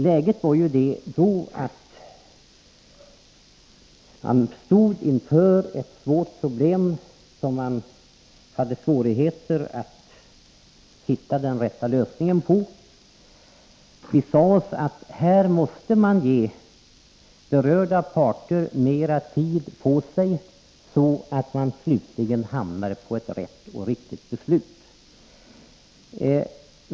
Då var läget det att man stod inför ett problem som det var svårt att hitta den rätta lösningen på. Det sades att berörda parter måste få mera tid på sig för att så småningom kunna fatta ett riktigt beslut.